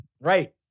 Right